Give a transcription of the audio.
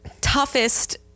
toughest